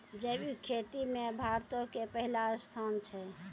जैविक खेती मे भारतो के पहिला स्थान छै